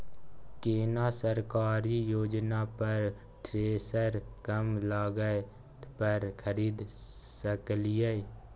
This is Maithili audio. केना सरकारी योजना पर थ्रेसर कम लागत पर खरीद सकलिए?